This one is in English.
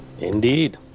Indeed